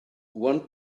one